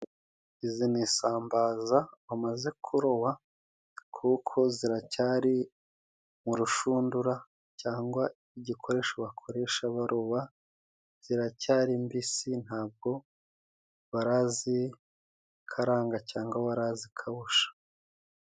Izi ni isambaza bamaze kuroba kuko ziracyari mu rushundura cyangwa igikoresho bakoresha baroba, ziracyari mbisi ntabwo barazikaranga cyangwa barazikawusha .